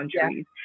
countries